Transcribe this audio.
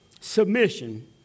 Submission—